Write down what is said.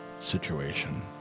situation